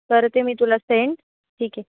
करते मी तुला सेंड ठीक आहे